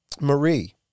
Marie